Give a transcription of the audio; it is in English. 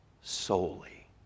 solely